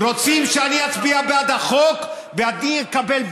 רוצים שאני אצביע בעד החוק וגם אני אקבל,